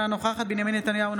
אינה נוכחת בנימין נתניהו,